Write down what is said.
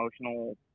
emotional